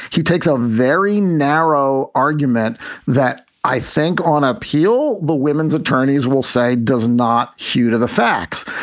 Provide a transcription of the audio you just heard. he takes a very narrow argument that i think on appeal, the women's attorneys will say, does not hew to the facts.